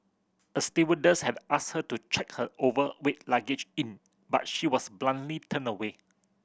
a stewardess had asked her to check her overweight luggage in but she was bluntly turned away